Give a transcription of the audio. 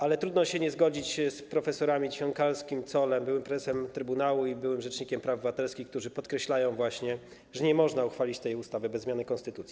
Ale trudno się nie zgodzić z prof. Ćwiąkalskim i prof. Zollem, byłym prezesem trybunału i byłym rzecznikiem praw obywatelskich, którzy podkreślają właśnie, że nie można uchwalić tej ustawy bez zmiany konstytucji.